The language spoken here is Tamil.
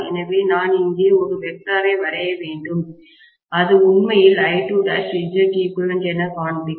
எனவே நான் இங்கே ஒரு வெக்டாரை வரைய வேண்டும் அது உண்மையில் I2'Zeq என காண்பிக்கும்